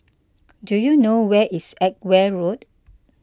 do you know where is Edgware Road